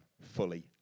fully